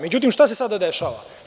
Međutim, šta se sada dešava?